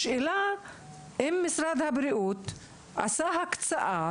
השאלה אם משרד הבריאות עשה הקצאה,